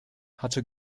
hatte